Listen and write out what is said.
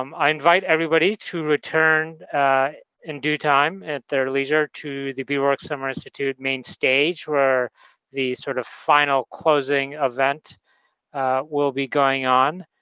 um i invite everybody to return in due time at their leisure to the beaver work summer institute main stage where the sort of final closing event will be going on.